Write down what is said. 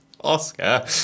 Oscar